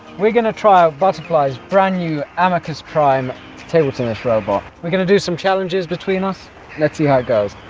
we are going to try out butterfly's brand-new amicus prime table tennis robot. we are going to do some challenges between us let's see how it goes!